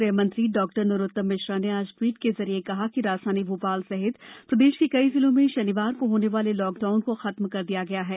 गृह मंत्री डॉ नरोत्तम मिश्रा ने आज ट्वीट के जरिये कहा कि राजधानी भोपाल सहित प्रदेश के कई जिलों में शनिवार के होने वाले लॉकडाउन को खत्म कर दिया गया है